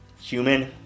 human